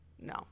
no